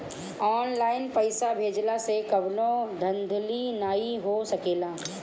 online पइसा भेजला से कवनो धांधली नाइ हो सकेला